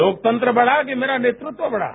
लोकतंत्र बड़ा कि मेरा नेतृतव बड़ा